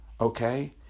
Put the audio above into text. okay